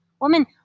Woman